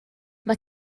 mae